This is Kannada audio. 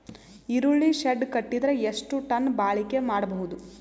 ಈರುಳ್ಳಿ ಶೆಡ್ ಕಟ್ಟಿದರ ಎಷ್ಟು ಟನ್ ಬಾಳಿಕೆ ಮಾಡಬಹುದು?